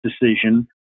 decision